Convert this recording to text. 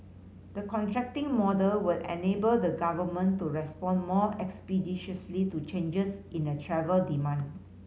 the contracting model will enable the Government to respond more expeditiously to changes in the travel demand